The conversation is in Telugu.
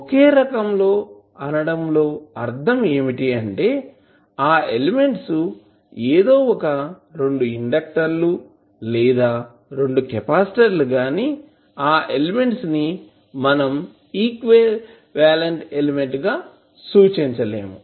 ఒకే రకం అనడంలో అర్థం ఏమిటంటే ఆ ఎలిమెంట్స్ ఏదో 2 ఇండక్టర్లు లేదా 2 కెపాసిటర్లు కానీ అయిన ఎలిమెంట్స్ ని మనం ఈక్వివలెంట్ ఎలిమెంట్ గా సూచించలేము